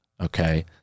Okay